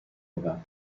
about